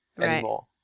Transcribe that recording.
anymore